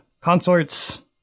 consorts